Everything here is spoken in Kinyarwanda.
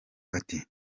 ati